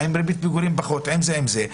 עם ריבית פיגורים פחותה וכדומה.